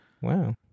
Wow